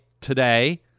today